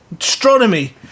astronomy